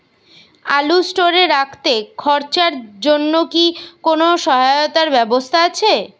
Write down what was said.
আলু স্টোরে রাখতে খরচার জন্যকি কোন সহায়তার ব্যবস্থা আছে?